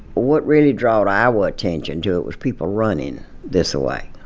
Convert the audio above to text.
what really drawed our attention to it was people running this way,